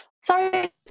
sorry